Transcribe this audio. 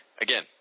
Again